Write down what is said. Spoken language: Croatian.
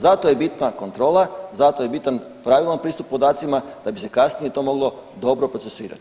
Zato je bitna kontrola, zato je bitan pravilan pristup podacima da bi se kasnije to moglo dobro procesuirati.